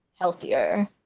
healthier